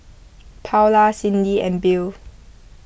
Paola Cindy and Bill